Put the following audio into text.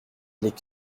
les